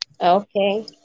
Okay